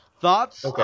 Thoughts